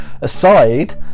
aside